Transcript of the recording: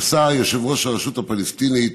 נשא יושב-ראש הרשות הפלסטינית